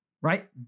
right